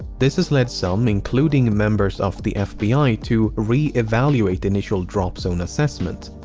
this has lead some, including members of the fbi, to reevaluate the initial drop zone assessment.